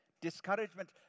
Discouragement